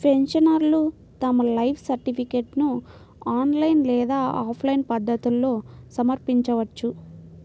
పెన్షనర్లు తమ లైఫ్ సర్టిఫికేట్ను ఆన్లైన్ లేదా ఆఫ్లైన్ పద్ధతుల్లో సమర్పించవచ్చు